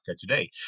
today